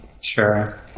Sure